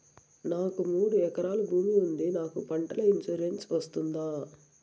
నాకు మూడు ఎకరాలు భూమి ఉంది నాకు పంటల ఇన్సూరెన్సు వస్తుందా?